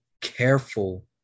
careful